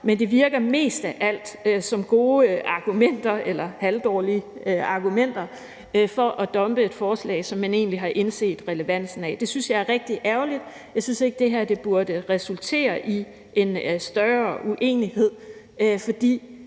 men det virker mest af alt som gode argumenter, eller rettere halvdårlige argumenter, for at dumpe et forslag, som man egentlig har indset relevansen af. Det synes jeg er rigtig ærgerligt. Jeg synes ikke, det her burde resultere i en større uenighed,